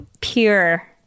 pure